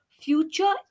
future